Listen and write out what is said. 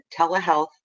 telehealth